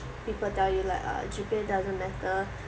people tell you like uh G_P_A doesn't matter